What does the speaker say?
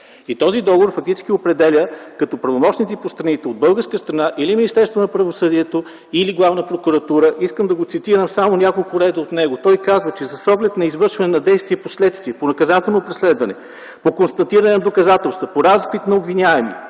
Този договор фактически определя като правомощници по страните от българска страна или Министерството на правосъдието, или Главна прокуратура. Искам да цитирам само няколко реда от него. Той казва, че: „С оглед на извършване на действия по следствие, по наказателно преследване, по констатиране на доказателства, по разпит на обвиняеми,